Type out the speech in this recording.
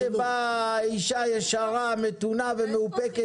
עד שבאה אישה ישרה, מתונה ומאופקת.